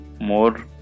more